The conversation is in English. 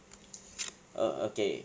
uh okay